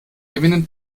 gewinnen